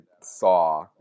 saw